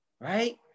right